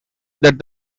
that